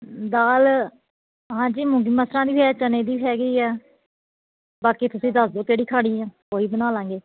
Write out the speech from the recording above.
ਦਾਲ ਹਾਂਜੀ ਮੂੰਗੀ ਮਸਰਾਂ ਦੀ ਵੀ ਹੈ ਚਨੇ ਦੀ ਹੈਗੀ ਆ ਬਾਕੀ ਤੁਸੀਂ ਦੱਸ ਦਓ ਕਿਹੜੀ ਖਾਣੀ ਆ ਉਹ ਹੀ ਬਣਾ ਲਵਾਂਗੇ